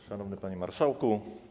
Szanowny Panie Marszałku!